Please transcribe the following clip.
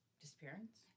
disappearance